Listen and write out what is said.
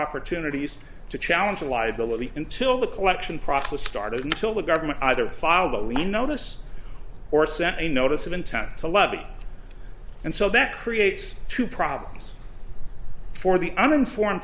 opportunities to challenge the liability until the collection process started until the government either file that we notice or sent a notice of intent to levy and so that creates two problems for the uninformed